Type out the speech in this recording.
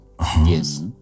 Yes